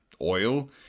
oil